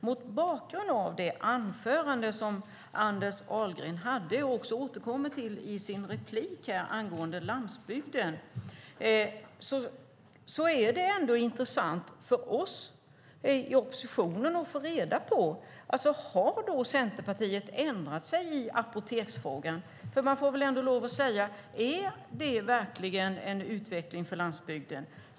Mot bakgrund av det som Anders Ahlgren sade i sitt anförande, och också återkommer till i sin replik, angående landsbygden är det intressant för oss i oppositionen att få reda på om Centerpartiet har ändrat sig i apoteksfrågan. Är det verkligen en utveckling för landsbygden?